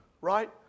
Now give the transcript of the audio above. right